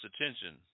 attention